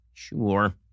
Sure